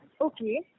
Okay